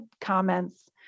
comments